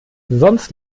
sonst